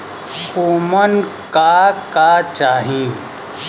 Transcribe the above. उमन का का चाही?